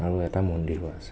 আৰু এটা মন্দিৰো আছে